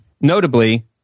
notably